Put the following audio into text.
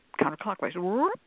counterclockwise